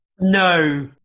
No